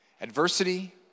adversity